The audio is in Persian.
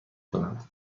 کنم